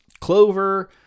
clover